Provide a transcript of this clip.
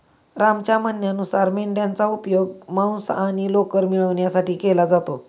रामच्या म्हणण्यानुसार मेंढयांचा उपयोग मांस आणि लोकर मिळवण्यासाठी केला जातो